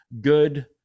good